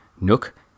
Nook